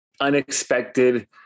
unexpected